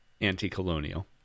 anti-colonial